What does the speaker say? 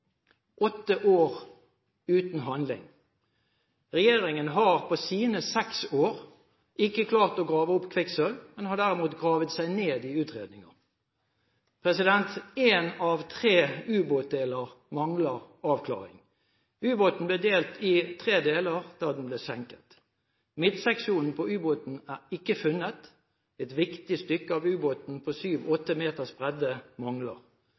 Åtte år er gått uten handlig. Regjeringen har på sine seks år ikke klart å grave opp kvikksølv, men har derimot gravet seg ned i utredninger. Én av tre ubåtdeler mangler avklaring. Ubåten ble delt i tre deler da den ble senket. Midtseksjonen på ubåten er ikke funnet – et viktig stykke av ubåten på 7–8 meters bredde mangler.